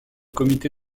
comité